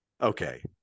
Okay